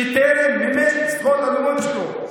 שטרם מימש את הזכויות הלאומיות שלו.